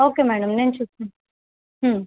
okay madam నేను చూసుకుంటాను